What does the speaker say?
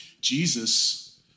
Jesus